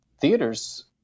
theaters